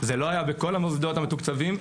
זה לא היה בכל המוסדות המתוקצבים.